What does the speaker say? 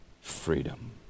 freedom